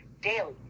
daily